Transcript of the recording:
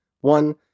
one